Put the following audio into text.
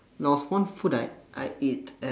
there was one food I I ate at